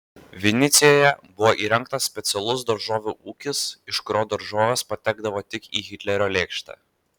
vinicoje buvo įrengtas specialus daržovių ūkis iš kurio daržovės patekdavo tik į hitlerio lėkštę